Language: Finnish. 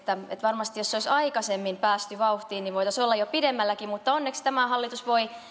varmasti jos olisi aikaisemmin päästy vauhtiin voitaisiin olla jo pidemmälläkin mutta onneksi tämä hallitus voi